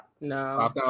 No